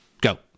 Go